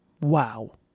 wow